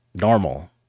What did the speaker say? normal